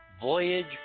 Voyage